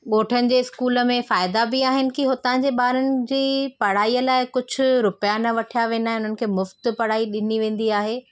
ॻोठनि जे स्कूल में फ़ाइदा बि आहिनि कि हुतांजे ॿारनि जी पढ़ाईअ लाइ कुझु रुपिया न वठिया वेंदा आहिनि उन्हनि खे मुफ़्त पढ़ाई ॾिनी वेंदी आहे